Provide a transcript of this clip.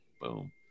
Boom